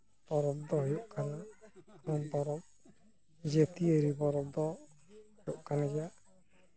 ᱯᱚᱨᱚᱵᱽ ᱫᱚ ᱦᱩᱭᱩᱜ ᱠᱟᱱᱟ ᱩᱢ ᱯᱚᱨᱚᱵᱽ ᱡᱹᱛᱭᱟᱹᱨᱤ ᱯᱚᱨᱚᱵᱽ ᱫᱚ ᱡᱩᱭᱩᱜ ᱠᱟᱱ ᱜᱮᱭᱟ